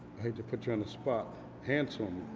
hate to put you on the spot, handsome,